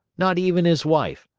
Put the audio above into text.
not even his wife,